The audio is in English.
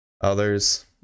others